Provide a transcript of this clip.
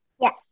Yes